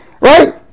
right